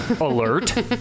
alert